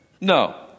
no